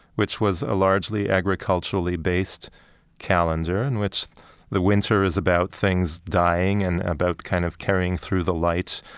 which was a largely agriculturally based calendar in which the winter is about things dying and about kind of carrying through the light,